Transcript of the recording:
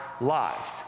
lives